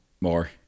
More